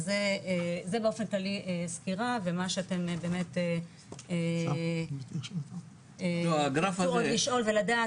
זה באופן כללי סקירה ומה שאתם באמת תרצו עוד לשאול ולדעת.